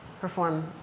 perform